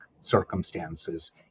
Circumstances